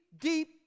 deep